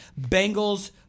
Bengals